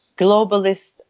globalist